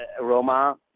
Roma